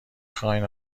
خواین